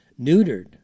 neutered